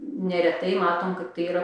neretai matom kad tai yra